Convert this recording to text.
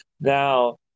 Now